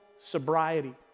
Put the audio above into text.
sobriety